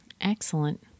Excellent